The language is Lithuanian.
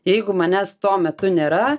jeigu manęs tuo metu nėra